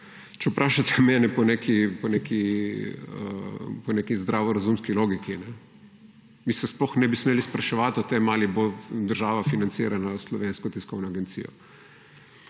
če vprašate mene, po neki zdravorazumski logiki. Mi se sploh ne bi smeli spraševati o tem, ali bo država financirala Slovensko tiskovno agencijo.